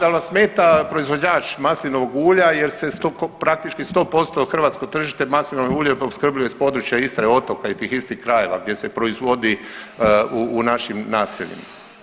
Da li vam smeta proizvođač maslinovog ulja jer se praktičko 100% hrvatsko tržište maslinovim ulje opskrbljuje s područja Istre, otoka i tih istih krajeva gdje se proizvodi u našim naseljima.